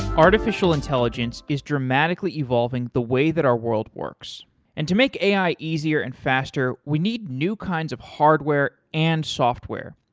artificial intelligence is dramatically evolving the way that our world works, and to make ai easier and faster, we need new kinds of hardware and software,